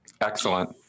Excellent